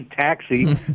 taxi